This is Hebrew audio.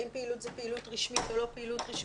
האם פעילות זאת פעילות רשמית או לא פעילות רשמית.